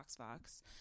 BoxBox